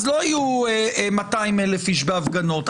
אז לא יהיו 200,000 איש בהפגנות,